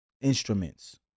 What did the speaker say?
instruments